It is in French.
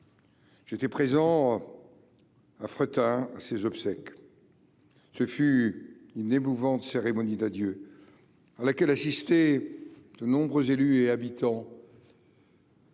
J'étais présent à Fréthun à ses obsèques, ce fut une émouvante cérémonie d'adieux à laquelle assistaient de nombreux élus et habitants.